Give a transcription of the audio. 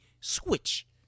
switch